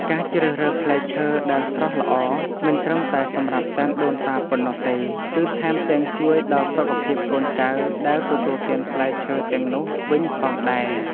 ការជ្រើសរើសផ្លែឈើដែលស្រស់ល្អមិនត្រឹមតែសម្រាប់សែនដូនតាប៉ុណ្ណោះទេគឺថែមទាំងជួយដល់សុខភាពកូនចៅដែលទទួលទានផ្លែឈើទាំងនោះវិញផងដែរ។